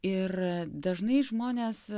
ir dažnai žmonės